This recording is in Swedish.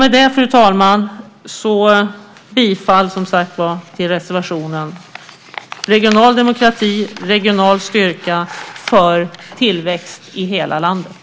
Med det yrkar jag bifall till reservationen om regional demokrati och regional styrka för tillväxt i hela landet.